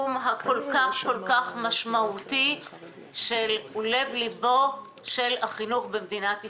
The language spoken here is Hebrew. בתחום משמעותי זה שהוא עיקר החינוך במדינת ישראל.